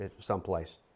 someplace